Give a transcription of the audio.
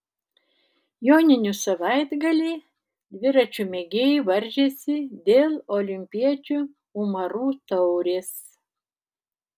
joninių savaitgalį dviračių mėgėjai varžėsi dėl olimpiečių umarų taurės